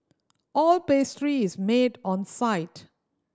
all pastry is made on site